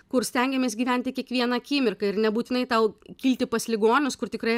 kur stengiamės gyventi kiekvieną akimirką ir nebūtinai tau kilti pas ligonius kur tikrai